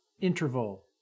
interval